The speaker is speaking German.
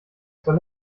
zwar